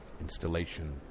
installation